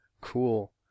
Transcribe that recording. Cool